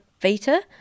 beta